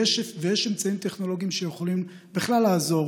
יש אמצעים טכנולוגיים שיכולים לעזור